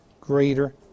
greater